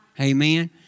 Amen